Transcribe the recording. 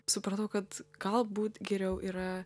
supratau kad galbūt geriau yra